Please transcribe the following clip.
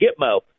Gitmo